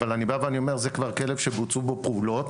אבל אני בא ואומר - זה כבר כלב שבוצעו בו פעולות.